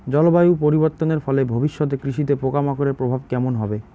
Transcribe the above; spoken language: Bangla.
জলবায়ু পরিবর্তনের ফলে ভবিষ্যতে কৃষিতে পোকামাকড়ের প্রভাব কেমন হবে?